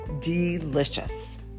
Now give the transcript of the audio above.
delicious